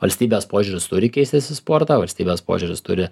valstybės požiūris turi keistis į sportą valstybės požiūris turi